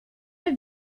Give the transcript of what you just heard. have